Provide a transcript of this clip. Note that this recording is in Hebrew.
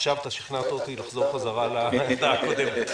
עכשיו שכנעת אותי לחזור חזרה לעמדה הקודמת.